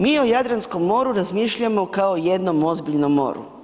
Mi o Jadranskom moru razmišljamo kao o jednom ozbiljnom moru.